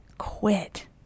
quit